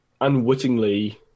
unwittingly